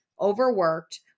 overworked